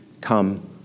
come